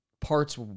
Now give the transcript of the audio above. parts